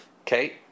Okay